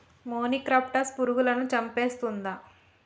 మొనిక్రప్టస్ పురుగులను చంపేస్తుందా?